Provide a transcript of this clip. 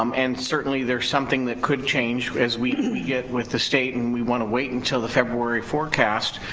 um and certainly there's something that could change as we and we get with the state and we want to wait until the february forecast,